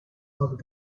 other